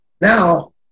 Now